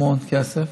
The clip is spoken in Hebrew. המון כסף.